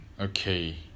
Okay